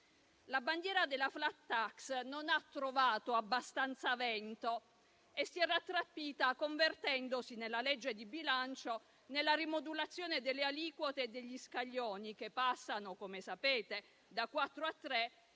La bandiera della *flat tax* non ha trovato abbastanza vento e si è rattrappita convertendosi, nella legge di bilancio, nella rimodulazione delle aliquote degli scaglioni, che passano - come sapete - da